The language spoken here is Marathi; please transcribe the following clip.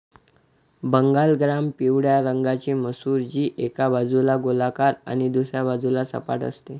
बंगाल ग्राम पिवळ्या रंगाची मसूर, जी एका बाजूला गोलाकार आणि दुसऱ्या बाजूला सपाट असते